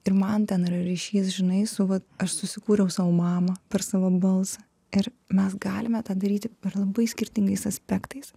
ir man ten yra ryšys žinai su vat aš susikūriau sau mamą per savo balsą ir mes galime tą daryti per labai skirtingais aspektais